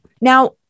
Now